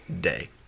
day